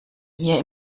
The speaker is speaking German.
hier